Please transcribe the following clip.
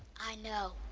i know.